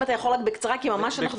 אם אתה יכול בקצרה כי אנחנו לפני סיום.